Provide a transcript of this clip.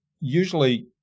usually